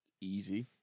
easy